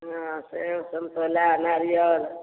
हँ सेब सन्तोला नारिअल